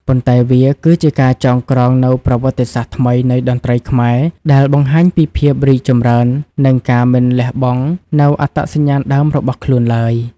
ប៉ុន្តែវាគឺជាការចងក្រងនូវប្រវត្តិសាស្ត្រថ្មីនៃតន្ត្រីខ្មែរ ដែលបង្ហាញពីភាពរីកចម្រើន និងការមិនលះបង់នូវអត្តសញ្ញាណដើមរបស់ខ្លួនឡើយ។